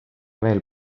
veel